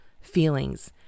feelings